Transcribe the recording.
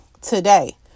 today